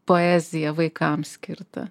poeziją vaikam skirtą